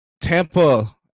Tampa